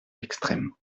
extrême